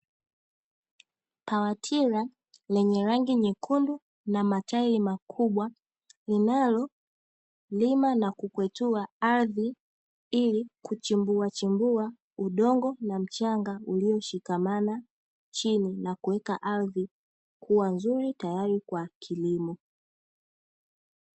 Pawatira lenye rangi nyekundu na matairi makubwa, linalolima na kukwetua ardhi, ili kuchimbuachimbua udongo na mchanga ulioshikamana chini, na kuweka ardhi kuwa nzuri tayari kwa kilimo.